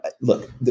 look